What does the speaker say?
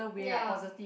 ya